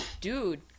Dude